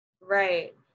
right